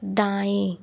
दाएँ